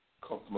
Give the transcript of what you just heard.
customer